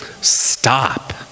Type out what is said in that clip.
stop